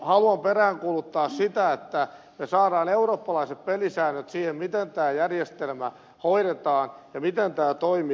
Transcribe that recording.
haluan peräänkuuluttaa sitä että me saamme eurooppalaiset pelisäännöt siihen miten tämä järjestelmä hoidetaan ja miten tämä toimii